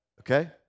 okay